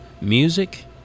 Music